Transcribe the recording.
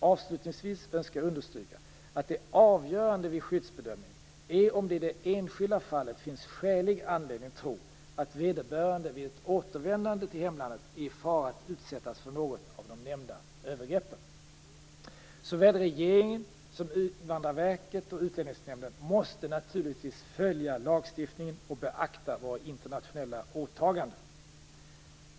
Avslutningsvis önskar jag understryka att det avgörande vid skyddsbedömningen är om det i det enskilda fallet finns skälig anledning tro att vederbörande vid ett återvändande till hemlandet är i fara att utsättas för något av de nämnda övergreppen. Såväl regeringen som Invandrarverket och Utlänningsnämnden måste naturligtvis följa lagstiftningen och beakta våra internationella åtaganden.